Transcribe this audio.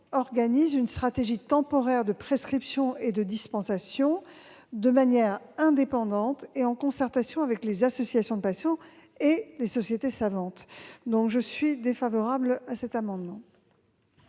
organise une stratégie temporaire de prescription et de dispensation de manière indépendante et en concertation avec les associations de patients et les sociétés savantes. J'émets donc un avis défavorable. La parole est